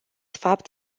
fapt